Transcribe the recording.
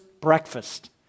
breakfast